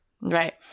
Right